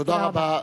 תודה רבה.